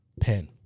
pen